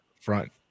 front